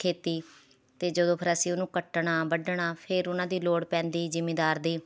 ਖੇਤੀ ਅਤੇ ਜਦੋਂ ਫਿਰ ਅਸੀਂ ਉਹਨੂੰ ਕੱਟਣਾ ਵੱਢਣਾ ਫਿਰ ਉਹਨਾਂ ਦੀ ਲੋੜ ਪੈਂਦੀ ਜ਼ਿਮੀਂਦਾਰ ਦੀ